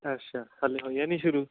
ਅੱਛਾ ਹਾਲੇ ਹੋਈਆਂ ਨਹੀਂ ਸ਼ੁਰੂ